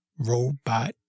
Robot